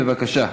בבקשה.